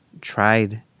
tried